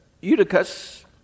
Eutychus